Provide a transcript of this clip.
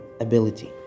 ability